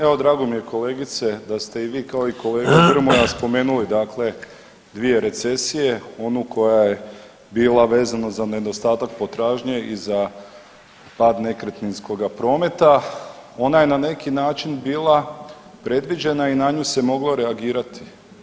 Evo drago mi je kolegice da ste i vi kao i kolega Grmoja spomenuli dakle dvije recesije onu koja je bila vezano za nedostatak potražnje i za pad nekretninskoga prometa, ona je na neki način bila predviđena i na nju se moglo reagirati.